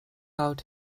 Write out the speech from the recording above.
out